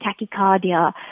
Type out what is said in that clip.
tachycardia